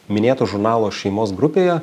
minėto žurnalo šeimos grupėje